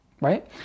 right